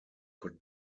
could